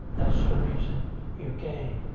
ah so reason you came.